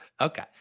Okay